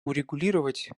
урегулировать